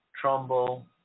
Trumbull